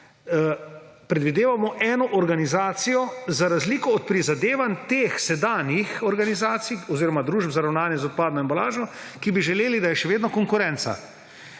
Predvidevamo eno organizacijo, za razliko od prizadevanj sedanjih organizacij oziroma družb za ravnanje z odpadno embalažo, ki bi želele, da je še vedno konkurenca.